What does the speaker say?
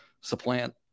supplant